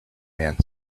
man